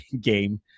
game